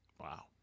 Wow